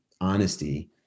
honesty